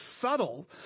subtle